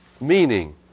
meaning